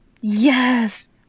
Yes